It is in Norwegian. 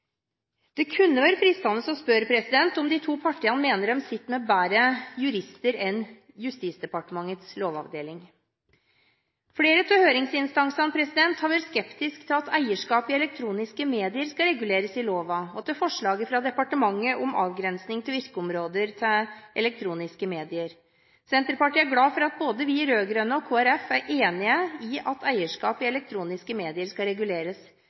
Det kunne vært fristende å spørre om de to partiene mener de sitter med bedre jurister enn Justisdepartementets lovavdeling. Flere av høringsinstansene har vært skeptiske til at eierskap i elektroniske medier skal reguleres i loven, og til forslaget fra departementet om avgrensing av virkeområde til elektroniske medier. Senterpartiet er glad for at både vi rød-grønne og Kristelig Folkeparti er enige om at eierskap i elektroniske medier skal reguleres.